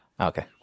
Okay